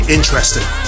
Interesting